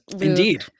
Indeed